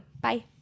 Bye